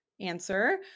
answer